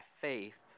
faith